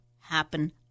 happen